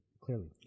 clearly